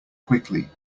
quickly